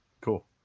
Cool